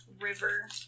river